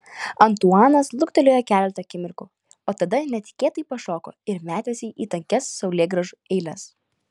antuanas luktelėjo keletą akimirkų o tada netikėtai pašoko ir metėsi į tankias saulėgrąžų eiles